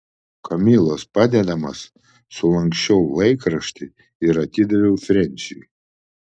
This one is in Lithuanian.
kamilos padedamas sulanksčiau laikraštį ir atidaviau frensiui